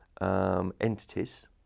entities